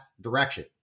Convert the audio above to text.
direction